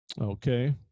Okay